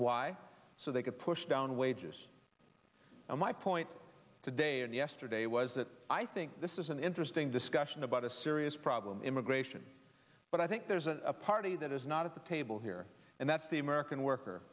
why so they could down wages my point today and yesterday was that i think this is an interesting discussion about a serious problem immigration but i think there's a party that is not at the table here and that's the american worker